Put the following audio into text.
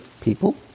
people